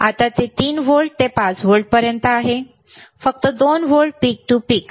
आता ते 3 व्होल्ट ते 5 व्होल्ट पर्यंत आहे फक्त 2 व्होल्ट पीक टू पीक